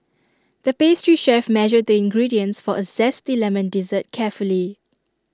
the pastry chef measured the ingredients for A Zesty Lemon Dessert carefully